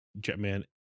Jetman